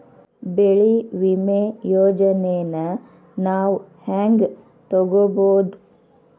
ಬೆಳಿ ವಿಮೆ ಯೋಜನೆನ ನಾವ್ ಹೆಂಗ್ ತೊಗೊಬೋದ್?